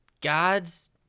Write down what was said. god's